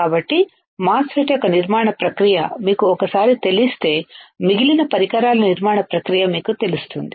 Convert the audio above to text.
కాబట్టి MOSFET యొక్క నిర్మాణ ప్రక్రియ మీకు ఒకసారి తెలిస్తే మిగిలిన పరికరాల నిర్మాణ ప్రక్రియ మీకు తెలుస్తుంది